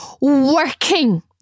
working